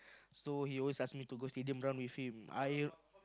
so he always ask me to go stadium run with him I